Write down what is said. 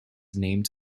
named